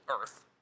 Earth